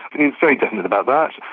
he's very definite about that.